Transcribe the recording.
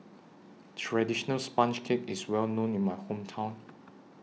Traditional Sponge Cake IS Well known in My Hometown